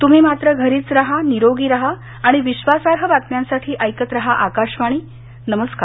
तुम्ही मात्र घरीच राहा निरोगी राहा आणि विश्वासार्ह बातम्यांसाठी ऐकत राहा आकाशवाणी नमस्कार